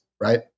right